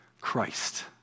Christ